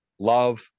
Love